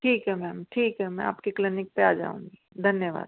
ठीक है मैम ठीक है मैं आपके क्लिनिक पर आ जाऊँगी धन्यवाद